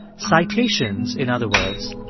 citations, in other words,